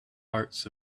hearts